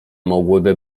mogłyby